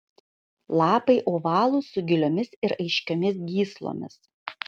lapai ovalūs su giliomis ir aiškiomis gyslomis